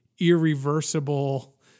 Irreversible